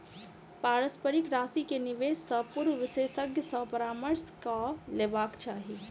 पारस्परिक राशि के निवेश से पूर्व विशेषज्ञ सॅ परामर्श कअ लेबाक चाही